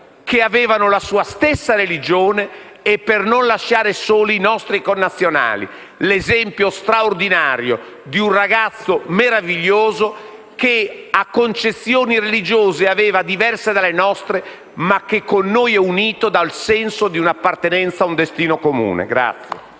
che avevano la sua stessa religione, e per non lasciare soli i nostri connazionali. È l'esempio straordinario di un ragazzo meraviglioso che aveva concezioni religiose diverse dalle nostre, ma che con noi è unito dal senso di un'appartenenza a un destino comune.